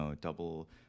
double